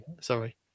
sorry